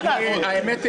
האמת,